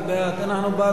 (תקצוב שידורי רשת מורשת),